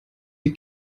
die